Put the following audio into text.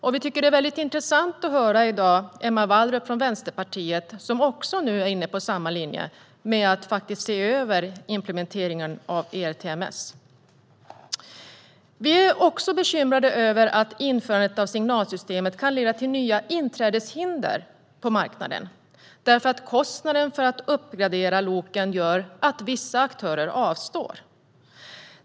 Vi tycker att det var väldigt intressant att höra Emma Wallrup från Vänsterpartiet i dag, som nu också är inne på samma linje, att se över implementeringen av ERTMS. Vi är bekymrade över att införandet av signalsystemet kan leda till nya inträdeshinder på marknaden därför att kostnaden för att uppgradera loken gör att vissa aktörer avstår.